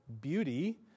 beauty